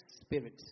Spirit